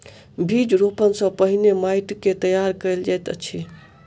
बीज रोपण सॅ पहिने माइट के तैयार कयल जाइत अछि